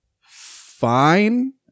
fine